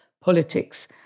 politics